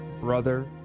brother